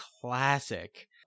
classic